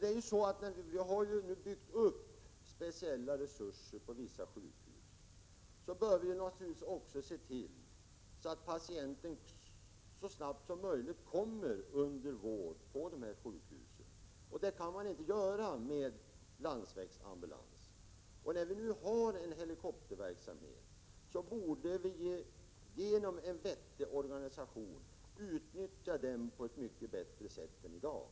Det har nu byggts upp speciella resurser på vissa sjukhus, och då bör vi naturligtvis också se till att patienterna så snabbt som möjligt kommer under vård på dessa sjukhus, och det kan man inte göra med landsvägsambulans. När vi nu har en helikopterverksamhet, borde vi genom en vettig organisation utnyttja denna på ett mycket bättre sätt än i dag.